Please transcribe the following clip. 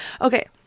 Okay